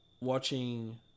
watching